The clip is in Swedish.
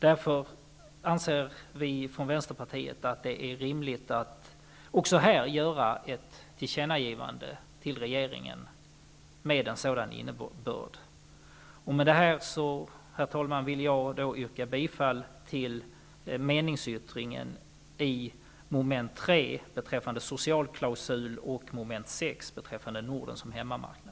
Därför anser vi i Vänsterpartiet att det också här är rimligt att göra ett tillkännagivande till regeringen med en sådan innebörd. Herr talman! Med detta vill jag yrka bifall till meningsyttringen som rör mom. 3 beträffande socialklausul och mom. 6 beträffande Norden som hemmamarknad.